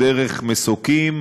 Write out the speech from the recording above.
דרך מסוקים,